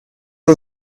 who